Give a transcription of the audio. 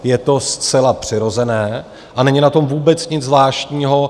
Je to zcela přirozené a není na tom vůbec nic zvláštního.